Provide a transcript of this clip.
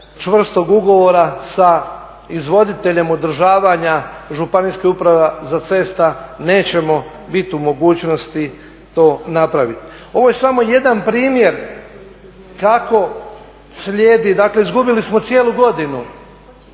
čvrstog ugovora sa izvoditeljem održavanja županijskih uprava za ceste nećemo biti u mogućnosti to napraviti. Ovo je samo jedan primjer kako slijedi, dakle izgubili smo cijelu godinu